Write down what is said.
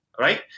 right